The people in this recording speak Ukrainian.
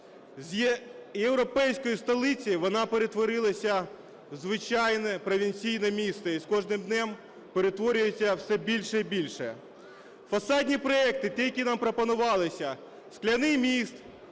з європейської столиці вона перетворилася в звичайне провінційне місто. І з кожним днем перетворюється все більше і більше. Фасадні проекти, ті, які нам пропонувалися: скляний міст,